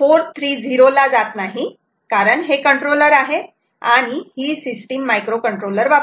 430 ला जात नाही कारण हे कंट्रोलर आहे आणि ही सिस्टीम मायक्रोकंट्रोलर वापरते